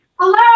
Hello